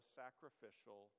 sacrificial